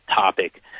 topic